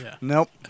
nope